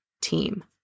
team